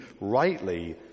rightly